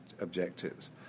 objectives